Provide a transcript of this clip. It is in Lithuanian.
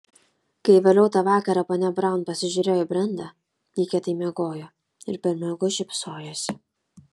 kai vėliau tą vakarą ponia braun pasižiūrėjo į brendą ji kietai miegojo ir per miegus šypsojosi